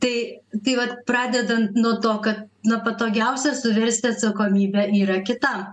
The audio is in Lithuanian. tai tai vat pradedant nuo to kad na patogiausia suversti atsakomybę yra kitam